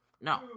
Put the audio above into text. No